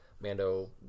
Mando